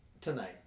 tonight